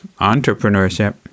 entrepreneurship